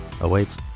awaits